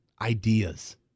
Ideas